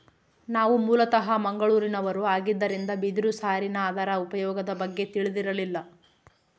ನಾವು ಮೂಲತಃ ಮಂಗಳೂರಿನವರು ಆಗಿದ್ದರಿಂದ ಬಿದಿರು ಸಾರಿನ ಅದರ ಉಪಯೋಗದ ಬಗ್ಗೆ ತಿಳಿದಿರಲಿಲ್ಲ